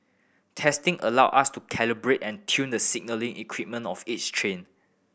testing allow us to calibrate and tune the signalling equipment of each train